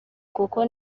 kuko